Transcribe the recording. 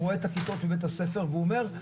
והוא רואה את הכיתות בבית-הספר והוא אומר,